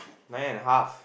nine and a half